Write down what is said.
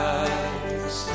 eyes